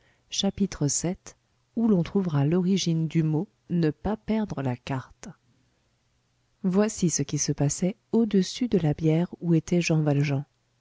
chapitre vii où l'on trouvera l'origine du mot ne pas perdre la carte voici ce qui se passait au-dessus de la bière où était jean valjean